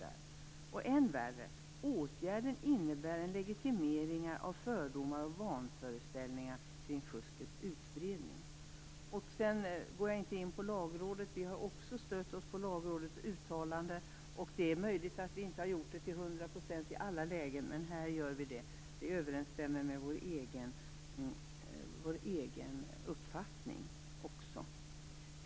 Än värre är att åtgärden innebär en legitimering av fördomar och vanföreställningar kring fuskets utbredning. Jag skall inte gå in på Lagrådets yttrande. Vi har också stött oss på Lagrådets uttalande. Det är möjligt att vi inte har gjort det till 100 % i alla lägen, men här gör vi det. Det överensstämmer med vår egen uppfattning.